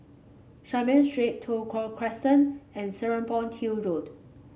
Saiboo Street Toh Tuck Crescent and Serapong Hill Road